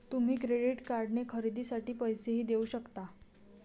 तुम्ही क्रेडिट कार्डने खरेदीसाठी पैसेही देऊ शकता